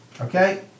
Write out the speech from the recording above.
Okay